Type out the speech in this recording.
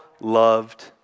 loved